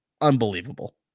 unbelievable